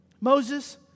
Moses